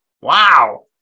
Wow